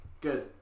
Good